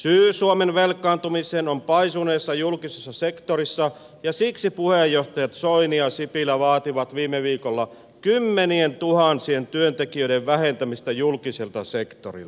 syy suomen velkaantumiseen on paisuneessa julkisessa sektorissa ja siksi puheenjohtajat soini ja sipilä vaativat viime viikolla kymmenientuhansien työntekijöiden vähentämistä julkiselta sektorilta